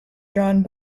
drawn